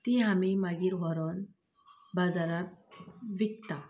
ती आमी मागीर व्हरून बाजाराक विकता